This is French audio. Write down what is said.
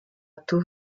tout